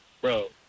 bro